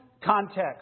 context